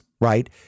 right